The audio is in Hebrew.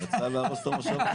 רצתה להרוס את המושבה שלך?